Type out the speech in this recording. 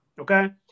Okay